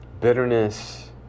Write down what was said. bitterness